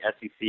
SEC